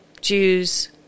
Jews